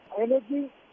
energy